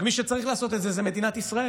רק שמי שצריך לעשות את זה היא מדינת ישראל,